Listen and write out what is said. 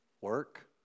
Work